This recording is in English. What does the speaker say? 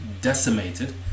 decimated